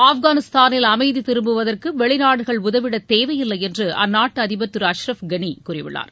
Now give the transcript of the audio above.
ஆப்கானிஸ்தானில் அமைதி திரும்புவதற்கு வெளிநாடுகள் உதவிட தேவையில்லை என்று அந்நாட்டு அதிபர் திரு அஸ்ரஃப் கானி கூறியுள்ளார்